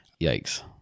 yikes